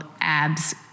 abs